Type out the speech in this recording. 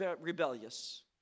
rebellious